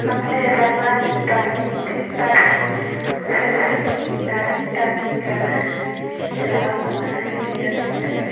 हमने रामायण पढ़ी थी परही उससे सीख मिला सीता जी का जी का अपना ही चरित्र